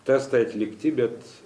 testai atlikti bet